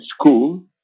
school